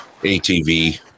ATV